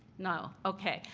no. okay.